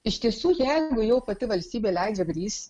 iš tiesų jeigu jau pati valstybė leidžia grįžti